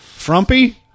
Frumpy